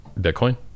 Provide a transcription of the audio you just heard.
Bitcoin